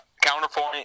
Counterpoint